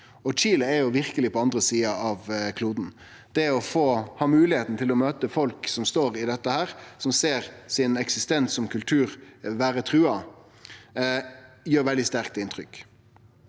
Chile er verkeleg på andre sida av kloden. Det å ha moglegheita til å møte folk som står i dette her, som ser sin eksistens som kultur vere truga, gjer veldig sterkt inntrykk.